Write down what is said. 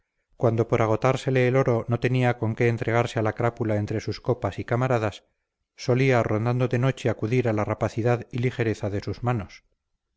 cuando por entre agotársele el oro no tenía con que entregarse a la crápula entre sus copas y camaradas solía rondando de noche acudir a la rapacidad y ligereza de sus manos